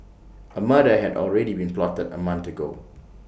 A murder had already been plotted A month ago